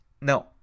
No